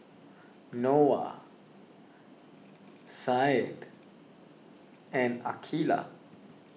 Noah Said and Aqilah